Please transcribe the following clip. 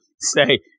say